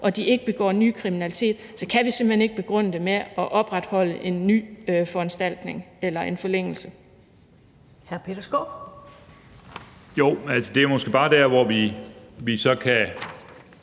og de ikke begår ny kriminalitet, så kan vi simpelt hen ikke begrunde det i forhold til at opretholde en ny foranstaltning eller en forlængelse.